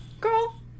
girl